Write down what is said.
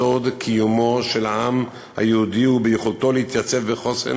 סוד קיומו של העם היהודי הוא ביכולתו להתייצב בחוסן